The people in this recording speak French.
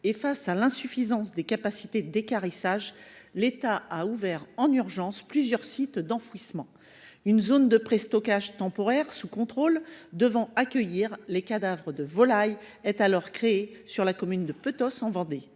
et face à l’insuffisance des capacités d’équarrissage, l’État a ouvert en urgence plusieurs sites d’enfouissement. Une zone de préstockage temporaire sous contrôle devant accueillir les cadavres de volailles est alors créée sur la commune de Petosse, en Vendée.